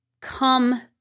come